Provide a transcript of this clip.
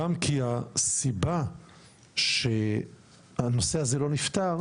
גם כי הסיבה שהנושא הזה לא נפתר,